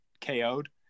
KO'd